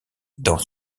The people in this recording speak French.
dans